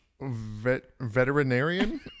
Veterinarian